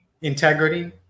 integrity